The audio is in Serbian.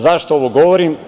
Zašto ovo govorim?